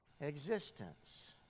existence